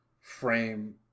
frame